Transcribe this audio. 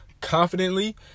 confidently